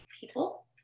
people